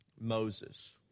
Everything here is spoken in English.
Moses